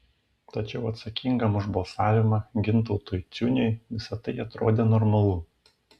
tačiau atsakingam už balsavimą gintautui ciuniui visa tai atrodė normalu